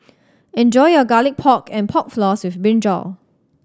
enjoy your Garlic Pork and Pork Floss with brinjal